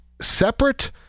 separate